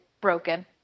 broken